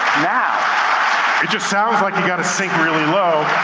now it just sounds like you gotta sink really low,